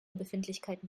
befindlichkeiten